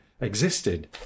existed